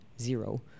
zero